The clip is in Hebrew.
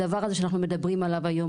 הדבר הזה שאנחנו מדברים עליו היום,